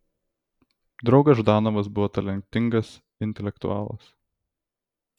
draugas ždanovas buvo talentingas intelektualas